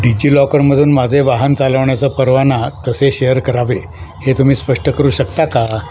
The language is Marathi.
डिजिलॉकरमधून माझे वाहन चालवण्याचा परवाना कसे शेअर करावे हे तुम्ही स्पष्ट करू शकता का